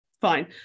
fine